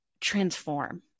transform